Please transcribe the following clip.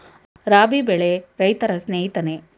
ರಾಬಿ ಬೆಳೆ ರೈತರ ಸ್ನೇಹಿತನೇ?